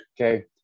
okay